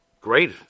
Great